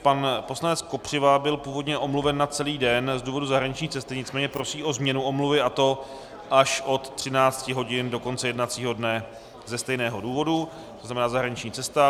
Pan poslanec Kopřiva byl původně omluven na celý den z důvodu zahraniční cesty, nicméně prosí o změnu omluvy, a to až od 13 hodin do konce jednacího dne, a to ze stejného důvodu, tzn. zahraniční cesta.